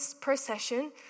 procession